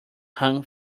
hung